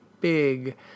big